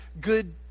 good